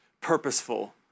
purposeful